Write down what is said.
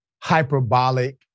hyperbolic